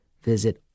Visit